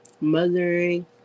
mothering